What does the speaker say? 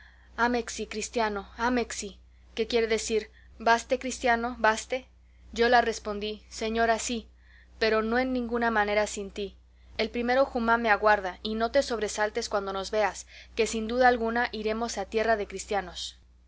dijo ámexi cristiano ámexi que quiere decir vaste cristiano vaste yo la respondí señora sí pero no en ninguna manera sin ti el primero jumá me aguarda y no te sobresaltes cuando nos veas que sin duda alguna iremos a tierra de cristianos